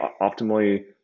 optimally